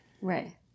Right